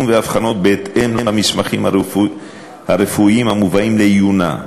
ואבחנות בהתאם למסמכים הרפואיים המובאים לעיונה,